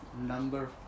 Number